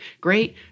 great